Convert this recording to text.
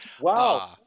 Wow